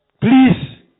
Please